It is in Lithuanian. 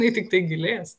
jinai tiktai gilės